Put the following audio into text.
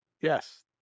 Yes